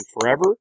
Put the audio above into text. forever